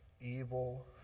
evil